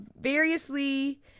variously